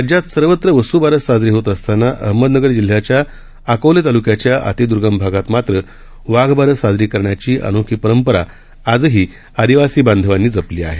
राज्यात सर्वत्र वस्बारस साजरी होत असताना अहमदनगर जिल्ह्याच्या अकोले तालुक्याच्या अतिदुर्गम भागात मात्र वाघबारस साजरी करण्याची अनोखी परंपरा आजही आदिवासी बांधवांनी जपली आहे